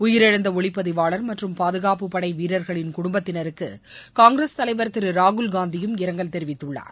உயிரிழ்ந்த ஒளிப்பதிவாளர் மற்றும் பாதுகாப்புப் படை வீரர்களின் குடும்பத்தினருக்கு காங்கிரஸ் தலைவர் திரு ராகுல் காந்தியும் இரங்கல் தெரிவித்துள்ளார்